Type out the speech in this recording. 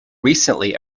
recently